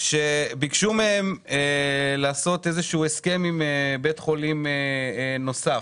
יש ביקשו מהם לעשות הסכם עם בית חולים נוסף.